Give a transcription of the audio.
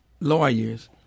lawyers